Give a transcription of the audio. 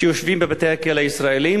שיושבים בבתי-הכלא הישראליים.